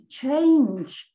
change